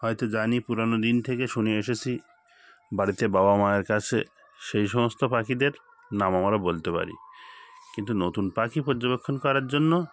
হয়তো জানি পুরোনো দিন থেকে শুনে এসেছি বাড়িতে বাবা মায়ের কাছে সেই সমস্ত পাখিদের নাম আমরা বলতে পারি কিন্তু নতুন পাখি পর্যবেক্ষণ করার জন্য